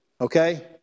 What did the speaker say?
okay